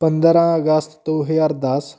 ਪੰਦਰਾਂ ਅਗਸਤ ਦੋ ਹਜ਼ਾਰ ਦਸ